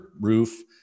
roof